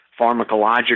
pharmacologic